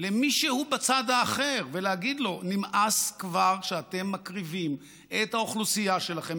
למישהו בצד האחר ולהגיד לו: נמאס כבר שאתם מקריבים את האוכלוסייה שלכם,